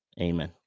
Amen